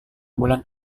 bulan